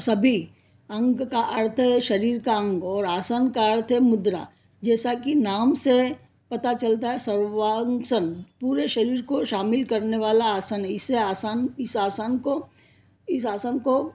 सभी अंग का अर्थ है शरीर का अंग और आसन का अर्थ है मुद्रा जैसा कि नाम से पता चलता है सर्वांगसम पूरे शरीर को शामिल करने वाला आसन है इससे आसान इस आसान को इस आसन को